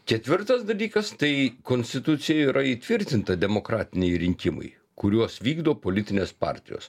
ketvirtas dalykas tai konstitucijoj yra įtvirtinta demokratiniai rinkimai kuriuos vykdo politinės partijos